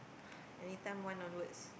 anytime one onwards